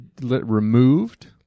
removed